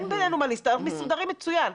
אנחנו מסתדרים מצוין,